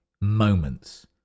moments